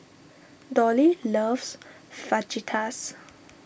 Dolly loves Fajitas